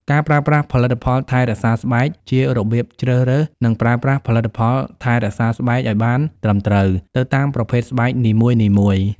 ការប្រើប្រាស់ផលិតផលថែរក្សាស្បែក ជារបៀបជ្រើសរើស និងប្រើប្រាស់ផលិតផលថែរក្សាស្បែកឱ្យបានត្រឹមត្រូវទៅតាមប្រភេទស្បែកនីមួយៗ។